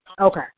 Okay